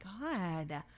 god